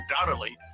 undoubtedly